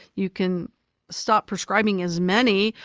you can stop prescribing as many,